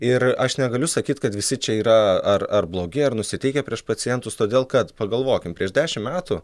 ir aš negaliu sakyt kad visi čia yra ar ar blogi ar nusiteikę prieš pacientus todėl kad pagalvokim prieš dešimt metų